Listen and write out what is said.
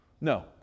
No